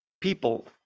people